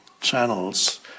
channels